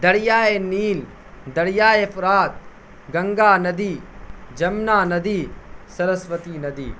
دریائے نیل دریائے فرات گنگا ندی جمنا ندی سرسوتی ندی